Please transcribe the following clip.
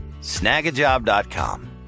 snagajob.com